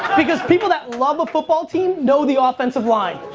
because people that love a football team know the offensive line.